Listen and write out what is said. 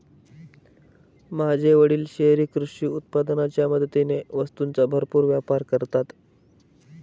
माझे वडील शहरी कृषी उत्पादनाच्या मदतीने वस्तूंचा भरपूर व्यापार करतात